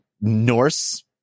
Norse